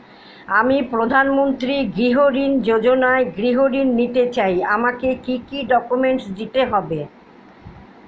আমি প্রধানমন্ত্রী গৃহ ঋণ যোজনায় গৃহ ঋণ নিতে চাই আমাকে কি কি ডকুমেন্টস দিতে হবে?